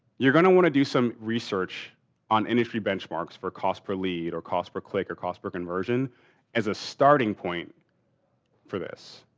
you're gonna want to do some research on industry benchmarks for cost per lead or cost per click, or cost per conversion as a starting point for this.